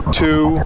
two